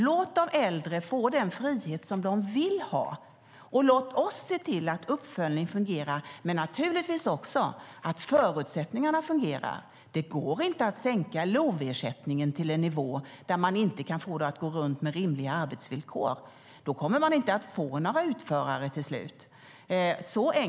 Låt de äldre få den frihet de vill ha, och låt oss se till att uppföljningen fungerar men naturligtvis också att förutsättningarna fungerar. Det går inte att sänka LOV-ersättningen till en nivå där man inte kan få det att gå runt med rimliga arbetsvillkor. Då kommer man till slut inte att få några utförare. Så enkelt är det.